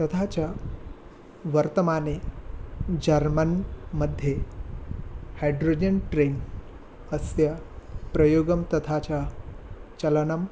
तथा च वर्तमाने जर्मन् मध्ये हैड्रोजन् ट्रैन् अस्य प्रयोगं तथा च चलनं